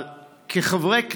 אבל כחברי כנסת,